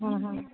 हां हां